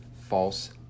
false